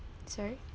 sorry